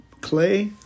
clay